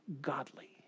godly